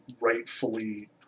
rightfully